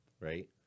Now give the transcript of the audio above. right